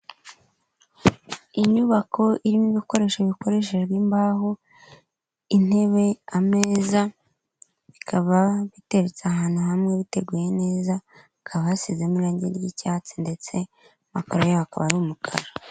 Inyubako irimo ibikoresho bikoreshejwe imbaho; intebe, ameza, bikaba bitetse ahantu hamwe biteguye neza. Hakaba hasizemo irangi ry'icyatsi ndetse amaguru yako akaba ari umukara.